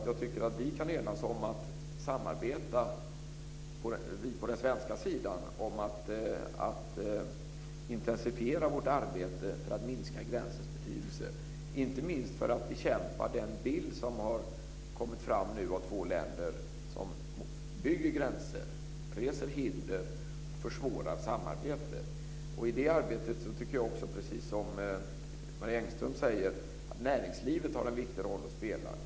Jag tycker att vi kan enas om att vi på den svenska sidan ska samarbeta om att intensifiera vårt arbete för att minska gränsens betydelse, inte minst för att bekämpa den bild som har kommit fram av två länder som bygger gränser, reser hinder och försvårar samarbete. I det arbetet tycker jag, precis som Marie Engström säger, att näringslivet har en viktig roll att spela.